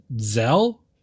Zell